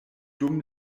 dum